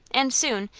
and soon,